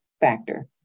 factor